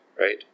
right